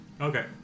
Okay